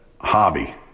hobby